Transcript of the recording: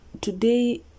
today